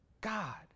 God